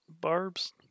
barbs